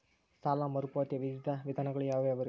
ಸಾಲ ಮರುಪಾವತಿಯ ವಿವಿಧ ವಿಧಾನಗಳು ಯಾವ್ಯಾವುರಿ?